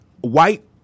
white